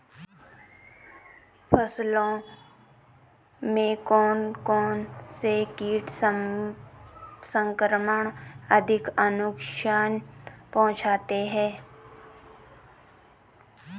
फसलों में कौन कौन से कीट संक्रमण अधिक नुकसान पहुंचाते हैं?